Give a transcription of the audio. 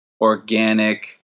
organic